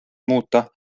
muuta